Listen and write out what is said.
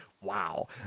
wow